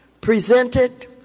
presented